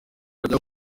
hajya